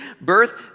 birth